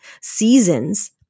seasons